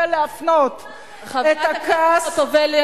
חברת הכנסת חוטובלי,